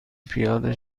پیاده